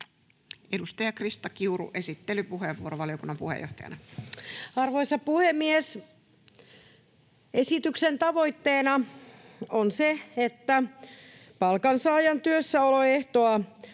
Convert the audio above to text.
Edustaja Krista Kiuru, esittelypuheenvuoro valiokunnan puheenjohtajana. Arvoisa puhemies! Esityksen tavoitteena on se, että palkansaajan työssäoloehtoa